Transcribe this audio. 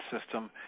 system